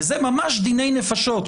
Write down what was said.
וזה ממש דיני נפשות.